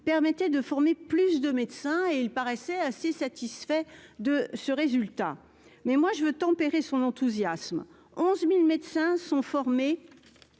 permettaient de former plus de médecins et il paraissait assez satisfaits de ce résultat, mais moi je veux tempérer son enthousiasme 11000 médecins sont formés